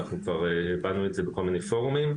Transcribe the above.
ואנחנו כבר הבענו את זה בכל מיני פורומים.